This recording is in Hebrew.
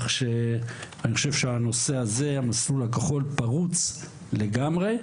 אני חושב שנושא המסלול הכחול פרוץ לגמרי.